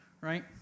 right